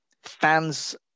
fans